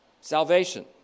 Salvation